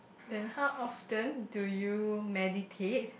then how often do you meditate